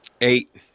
eight